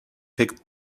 picked